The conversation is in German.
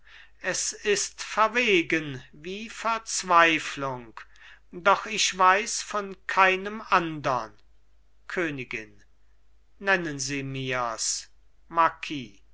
es ist verwegen wie verzweiflung doch ich weiß von keinem andern königin nennen sie mirs